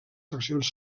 seccions